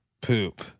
poop